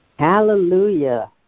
Hallelujah